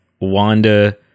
Wanda